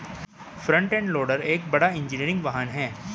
front end loader एक बड़ा engineering वाहन है